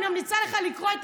לפורעים: נשחרר אתכם?